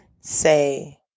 say